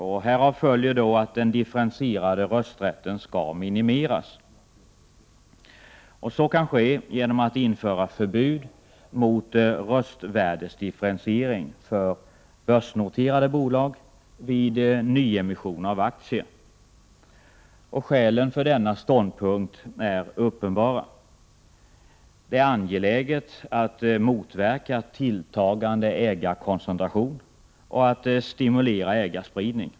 Härav följer att den differentierade rösträtten skall minimeras. Så kan ske genom att införa förbud mot röstvärdesdifferentiering för börsnoterade bolag vid nyemission av aktier. Skälen för denna ståndpunkt är uppenbara. Det är angeläget att motverka tilltagande ägarkoncentration och att stimulera ägarspridning.